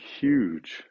huge